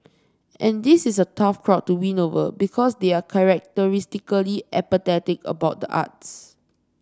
and this is a tough crowd to win over because they are characteristically apathetic about the arts